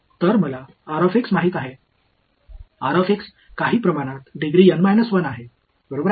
तर मला माहिती आहे काही प्रमाणात डिग्री N 1 आहे बरोबर आहे